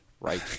Right